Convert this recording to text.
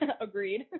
Agreed